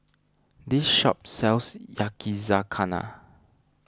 this shop sells Yakizakana